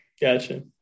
gotcha